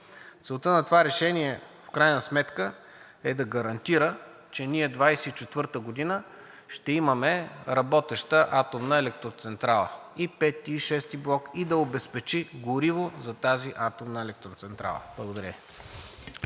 Целта на това решение в крайна сметка е да гарантира, че 2024 г. ще имаме работеща атомна електроцентрала – и V, и VI блок, и да обезпечи гориво за тази атомна електроцентрала. Благодаря